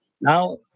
Now